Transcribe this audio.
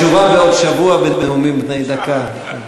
תשובה בעוד שבוע בנאומים בני דקה,